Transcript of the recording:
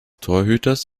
torhüters